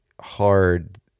hard